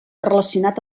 relacionat